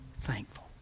thankful